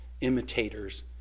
imitators